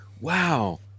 wow